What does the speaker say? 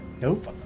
Nope